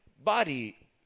body